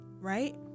right